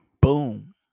Boom